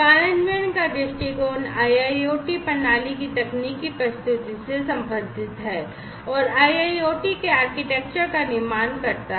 कार्यान्वयन का दृष्टिकोण IIoT प्रणाली की तकनीकी प्रस्तुति से संबंधित है और IIoT के आर्किटेक्चर का निर्माण करता है